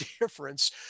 difference